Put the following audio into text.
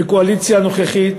בקואליציה הנוכחית,